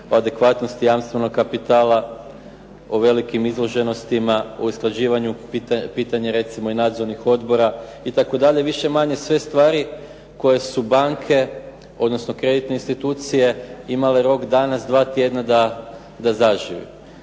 o adekvatnosti jamstvenog kapitala, o velikim izloženostima, o usklađivanju pitanja recimo i nadzornih odbora itd. Više-manje sve stvari koje su banke, odnosno kreditne institucije imale rok danas 2 tjedna da zaživi.